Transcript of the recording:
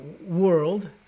world